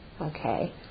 okay